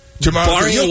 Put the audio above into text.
tomorrow